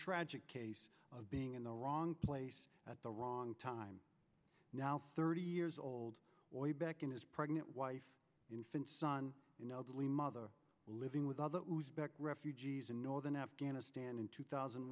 tragic case of being in the wrong place at the wrong time now thirty years old boy back in his pregnant wife infant son you know the lean mother living with other refugees in northern afghanistan in two thousand